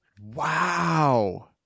Wow